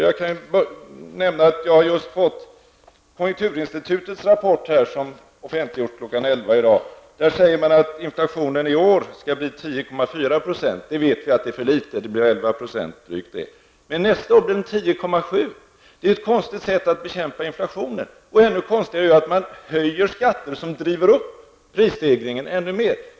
Jag kan nämna att jag just har fått konjunkturinstitutets rapport, som offentliggjordes kl. 11.00 i dag. Där säger man att inflationen i år skall bli 10,4 %. Vi vet att det är för litet -- den blir drygt 11 %. Men nästa år blir den 10,7 %. Det är ett konstigt sätt att bekämpa inflationen. Och ännu konstigare är det att man höjer skatter som driver upp prisstegringen ännu mer.